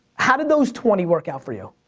how did those twenty work out for you?